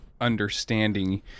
understanding